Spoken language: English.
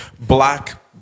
black